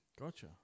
Gotcha